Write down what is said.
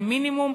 זה מינימום.